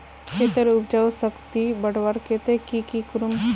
खेतेर उपजाऊ शक्ति बढ़वार केते की की करूम?